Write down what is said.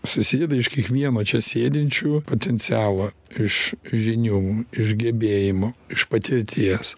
susideda iš kiekvieno čia sėdinčiųjų potencialo iš žinių iš gebėjimų iš patirties